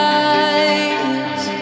eyes